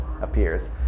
appears